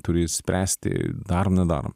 turi spręsti darom nedarom